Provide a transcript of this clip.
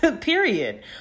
period